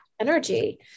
energy